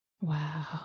Wow